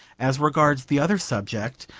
as regards the other subject,